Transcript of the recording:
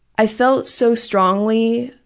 i felt so strongly